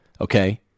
okay